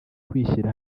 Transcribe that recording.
kwishyira